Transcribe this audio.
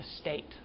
state